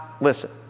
listen